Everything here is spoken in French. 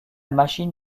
machine